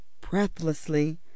breathlessly